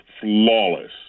flawless